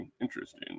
interesting